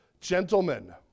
gentlemen